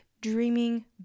dreaming